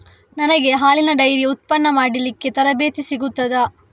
ನನಗೆ ಹಾಲಿನ ಡೈರಿ ಉತ್ಪನ್ನ ಮಾಡಲಿಕ್ಕೆ ತರಬೇತಿ ಸಿಗುತ್ತದಾ?